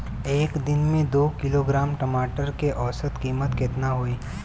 एक दिन में दो किलोग्राम टमाटर के औसत कीमत केतना होइ?